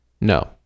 no